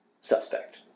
suspect